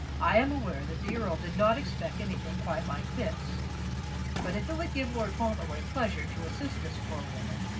i am aware that the earl did not expect anything quite like this but if it would give lord fauntleroy pleasure to assist this poor woman,